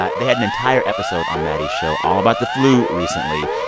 ah they had an entire episode on maddie's show all about the flu recently,